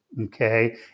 Okay